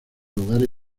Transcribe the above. lugares